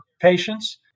patients